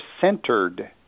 centered